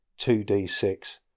2D6